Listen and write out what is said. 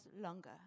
longer